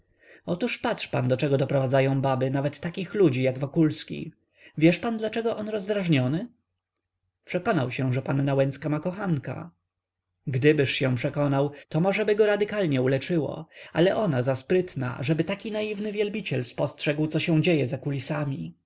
oto patrz pan do czego doprowadzają baby nawet takich ludzi jak wokulski wiesz pan dlaczego on rozdrażniony przekonał się że panna łęcka ma kochanka gdybyż się przekonał to możeby go radykalnie uleczyło ale ona za sprytna ażeby taki naiwny wielbiciel spostrzegł co się dzieje za